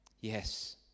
Yes